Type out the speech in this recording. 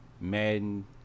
Madden